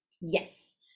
yes